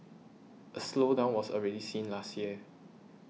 a slowdown was already seen last year